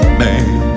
man